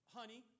honey